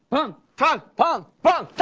tan. bang. bang.